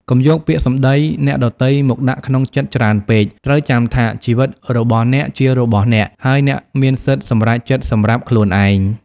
កុំយកពាក្យសម្តីអ្នកដទៃមកដាក់ក្នុងចិត្តច្រើនពេក ត្រូវចាំថា ជីវិតរបស់អ្នកជារបស់អ្នក ហើយអ្នកមានសិទ្ធិសម្រេចចិត្តសម្រាប់ខ្លួនឯង ។